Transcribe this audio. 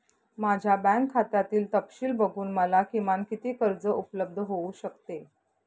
माझ्या बँक खात्यातील तपशील बघून मला किमान किती कर्ज उपलब्ध होऊ शकते?